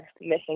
missing